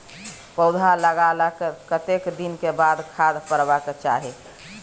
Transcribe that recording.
पौधा लागलाक कतेक दिन के बाद खाद परबाक चाही?